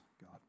God